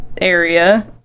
area